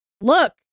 look